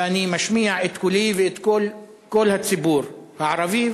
ואני משמיע את קולי ואת קול הציבור הערבי,